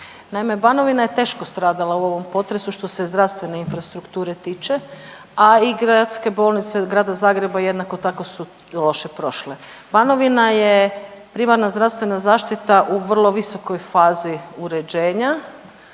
Banovina je teško stradala u ovom potresu što se zdravstvene infrastrukture tiče, a i gradske bolnice Grada Zagreba jednako tako su loše prošle. Banovina je primarna zdravstvena zaštita u vrlo visokoj fazi uređenja,